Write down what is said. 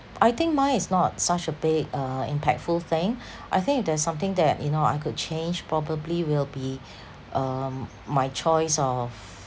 I think mine is not such a big uh impactful thing I think if there's something that you know I could change probably will be um my choice of